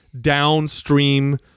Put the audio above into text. downstream